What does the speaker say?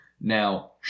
Now